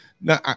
Now